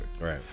Right